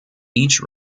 each